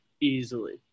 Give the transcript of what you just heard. easily